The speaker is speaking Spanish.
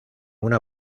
una